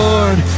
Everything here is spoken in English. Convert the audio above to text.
Lord